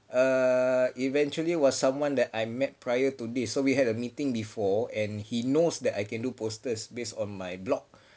err eventually was someone that I met prior to this so we had a meeting before and he knows that I can do posters based on my blog